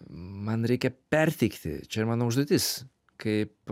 man reikia perteikti čia mano užduotis kaip